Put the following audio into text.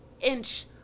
inch